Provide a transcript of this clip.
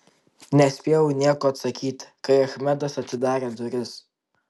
nespėjau nieko atsakyti kai achmedas atidarė duris